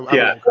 yeah.